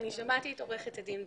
אני שמעתי את עורכת הדין בגין,